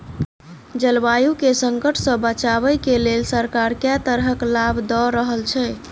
जलवायु केँ संकट सऽ बचाबै केँ लेल सरकार केँ तरहक लाभ दऽ रहल छै?